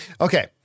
Okay